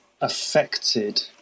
affected